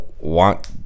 want